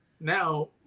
now